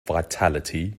vitality